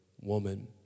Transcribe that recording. woman